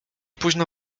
późno